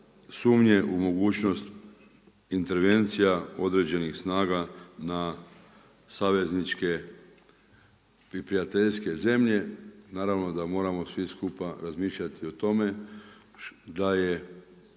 sumnje u mogućnost intervencija određenih snaga na savezničke i prijateljske zemlje. Naravno da moramo svi skupa razmišljati i tome da je